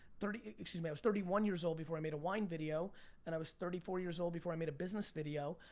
excuse me, i was thirty one years old before i made a wine video and i was thirty four years old before i made a business video.